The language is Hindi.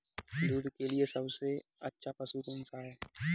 दूध के लिए सबसे अच्छा पशु कौनसा है?